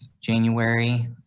January